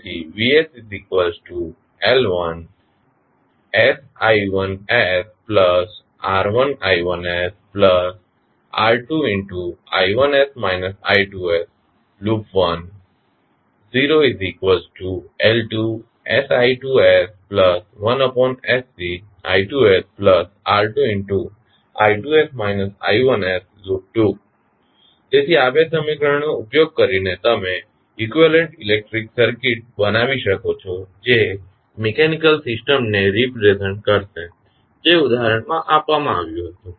તેથી તેથી આ બે સમીકરણોનો ઉપયોગ કરીને તમે ઇક્વીવેલન્ટ ઇલેક્ટ્રિકલ સર્કિટ બનાવી શકો છો જે મિકેનિકલ સિસ્ટમને રિપ્રેઝ્ન્ટ કરશે જે ઉદાહરણમાં આપવામાં આવ્યું હતું